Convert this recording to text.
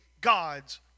God's